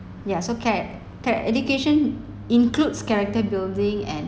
ya so care care education includes character building and